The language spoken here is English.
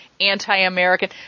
anti-American